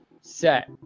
Set